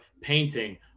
painting